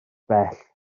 bell